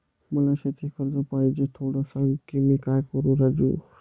मला शेती कर्ज पाहिजे, थोडं सांग, मी काय करू राजू?